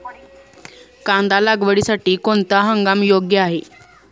कांदा लागवडीसाठी कोणता हंगाम योग्य आहे?